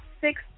six